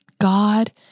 God